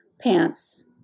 pants